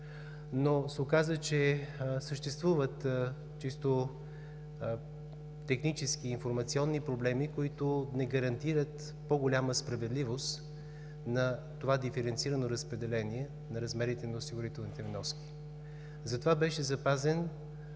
но се оказа, че съществуват чисто технически и информационни проблеми, които не гарантират по-голяма справедливост на това диференцирано разпределение на размерите на осигурителните вноски, за това беше запазен